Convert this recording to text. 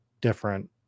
different